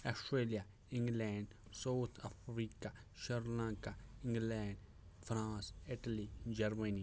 Australia England South Africa Sri Lanka England France Italy Germany